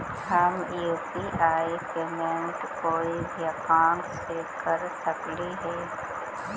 हम UPI payment कोई भी अकाउंट से कर सकली हे?